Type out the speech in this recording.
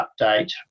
update